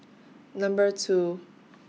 Number two